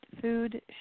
food